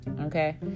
okay